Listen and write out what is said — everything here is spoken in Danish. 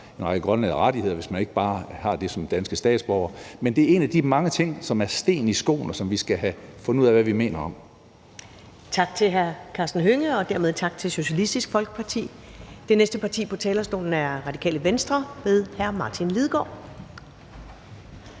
en række grønlændere rettigheder, hvis man ikke bare har det som danske statsborgere. Men det er en af de mange ting, som er sten i skoene, og som vi skal have fundet ud af hvad vi mener om. Kl. 12:43 Første næstformand (Karen Ellemann): Tak til hr. Karsten Hønge, og dermed tak til Socialistisk Folkeparti. Den næste ordfører på talerstolen er hr. Martin Lidegaard